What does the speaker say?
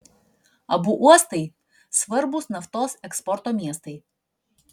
abu uostai svarbūs naftos eksporto miestai